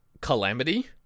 Calamity